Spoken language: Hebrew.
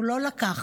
והוא לא לקח,